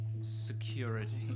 security